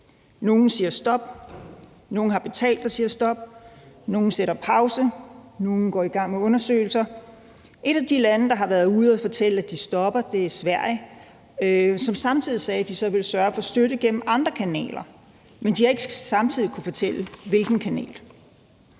Nogle siger stop, nogle har betalt og siger stop, nogle sætter på pause, og nogle går i gang med undersøgelser. Et af de lande, der har været ude at fortælle, at de stopper støtten, er Sverige, som samtidig sagde, at de så ville sørge for støtte gennem andre kanaler, men de har ikke kunnet fortælle hvilke kanaler.